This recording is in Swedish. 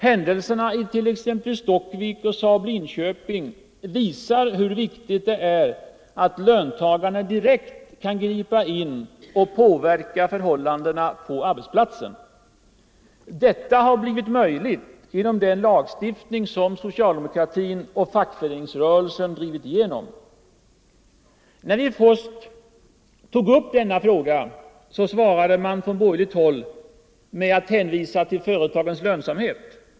Händelserna t.ex. i Stockvik och vid SAAB i Linköping visar hur viktigt det är att löntagarna direkt kan gripa in och påverka förhållandena på arbetsplatsen. Detta har blivit möjligt genom den lagstiftning som socialdemokratin och fackföreningsrörelsen drivit igenom. När vi först tog upp denna fråga svarade man från borgerligt håll med att hänvisa till företagens lönsamhet.